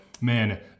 man